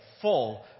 full